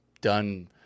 done